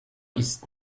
ist